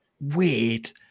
weird